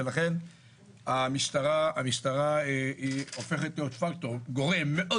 ולכן המשטרה הופכת להיום גורם מאוד